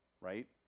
right